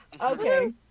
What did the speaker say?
Okay